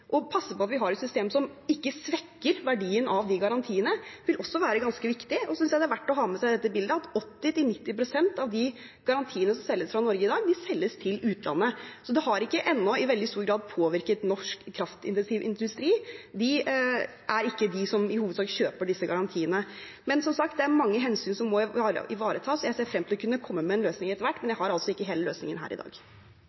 Å passe på at vi har et system som ikke svekker verdien av de garantiene, vil også være ganske viktig. Jeg synes også det er verdt å ha med seg i dette bildet at 80–90 pst. av de garantiene som selges fra Norge i dag, selges til utlandet. Så det har ennå ikke i veldig stor grad påvirket norsk kraftintensiv industri. Det er ikke de som i hovedsak kjøper disse garantiene. Som sagt: Det er mange hensyn som må ivaretas. Jeg ser frem til å kunne komme med en løsning etter hvert, men jeg